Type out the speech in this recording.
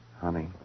Honey